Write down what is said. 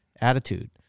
attitude